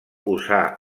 usar